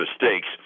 mistakes